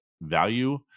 value